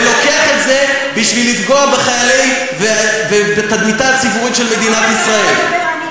ולוקח את זה בשביל לפגוע בחיילים ובתדמיתה הציבורית של מדינת ישראל.